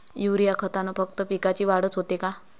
Urea खतानं फक्त पिकाची वाढच होते का?